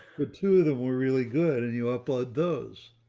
but two of them were really good and you upload those,